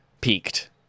peaked